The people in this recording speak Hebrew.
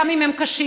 גם אם הם קשים.